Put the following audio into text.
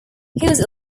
was